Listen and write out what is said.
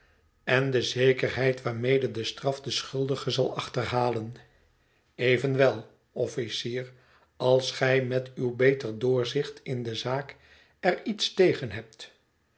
en de zekerheid waarmede de straf den schuldige zal achterhalen evenwel officier als gij met uw beter doorzicht in de zaak er iets tegen hebt